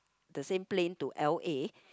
the same plane to L_A